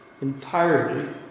entirely